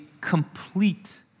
complete